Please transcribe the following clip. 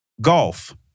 Golf